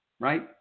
right